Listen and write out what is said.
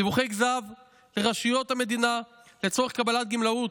על דיווחי כזב לרשויות המדינה לצורך קבלת גמלאות.